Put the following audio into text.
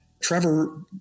Trevor